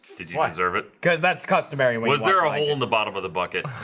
did you serve it cuz that's customary was there a hole in the bottom of the bucket?